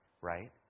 right